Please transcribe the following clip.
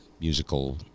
musical